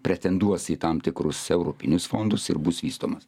pretenduos į tam tikrus europinius fondus ir bus vystomas